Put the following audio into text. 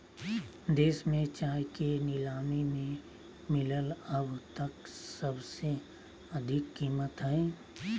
देश में चाय के नीलामी में मिलल अब तक सबसे अधिक कीमत हई